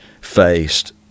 faced